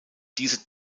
diese